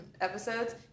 episodes